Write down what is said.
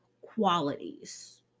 qualities